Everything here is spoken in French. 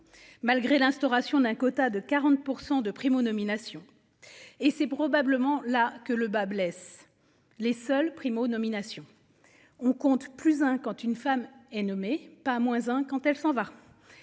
Malgré l'instauration d'un quota de 40% de prime aux nominations et c'est probablement là que le bât blesse. Les seuls primo-nomination on compte plus hein. Quand une femme est nommé pas moins hein quand elle s'en va.